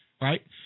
right